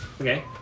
Okay